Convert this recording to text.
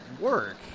work